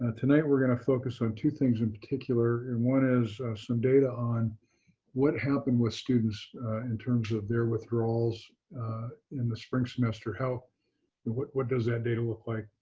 ah tonight, we're going to focus on two things in particular. and one is some data on what happened with students in terms of their withdrawals in the spring semester. but what what does that data look like?